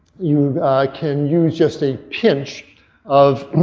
you can use just a pinch of